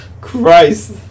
Christ